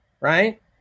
right